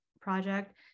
project